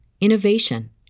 innovation